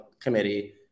Committee